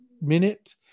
minute